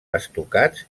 estucats